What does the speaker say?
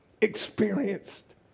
experienced